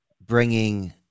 bringing